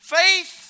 faith